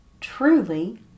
truly